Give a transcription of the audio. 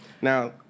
Now